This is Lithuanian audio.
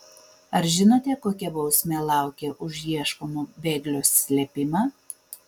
ar žinote kokia bausmė laukia už ieškomo bėglio slėpimą